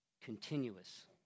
continuous